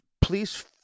please